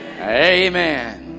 Amen